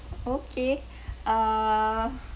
okay uh